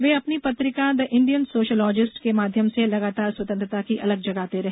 वे अपनी पत्रिका The Indian Sociologist के माध्यम से लगातार स्वातंत्रता की अलख जगाते रहे